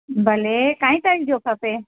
भले काईं तारीख़ जो खपे